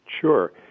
Sure